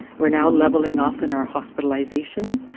we're now levelling off in our hospitalizations,